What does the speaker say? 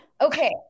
Okay